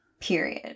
period